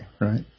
right